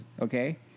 okay